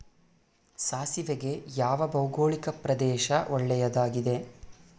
ಸಾಸಿವೆಗೆ ಯಾವ ಭೌಗೋಳಿಕ ಪ್ರದೇಶ ಒಳ್ಳೆಯದಾಗಿದೆ?